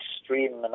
extreme